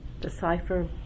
Decipher